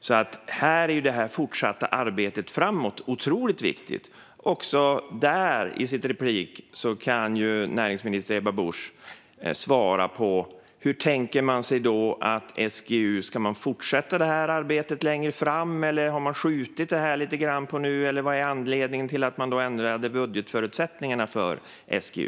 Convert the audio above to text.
Därför är det fortsatta arbetet framöver otroligt viktigt. Energi och näringsminister Ebba Busch kan väl i sitt avslutande inlägg svara på hur man tänker sig det hela när det gäller SGU. Ska de fortsätta arbetet längre fram? Har man skjutit på det lite grann? Eller vad är anledningen till att man ändrade budgetförutsättningarna för SGU?